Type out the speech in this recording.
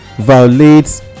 violates